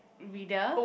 reader